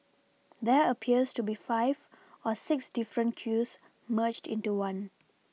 there appears to be five or six different queues merged into one